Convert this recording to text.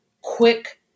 quick